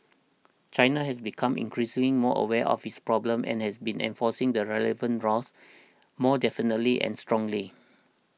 China has become increasingly more aware of this problem and have been enforcing the relevant laws more definitely and strongly